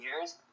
years